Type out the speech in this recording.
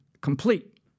complete